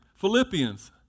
Philippians